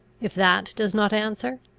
if that does not answer,